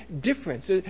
difference